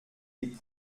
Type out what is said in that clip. des